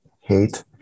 hate